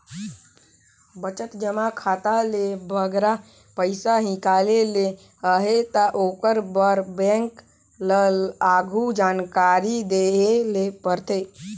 बचत जमा खाता ले बगरा पइसा हिंकाले ले अहे ता ओकर बर बेंक ल आघु जानकारी देहे ले परथे